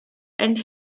and